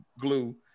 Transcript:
glue